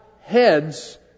heads